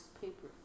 Paper